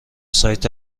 سایت